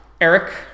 Eric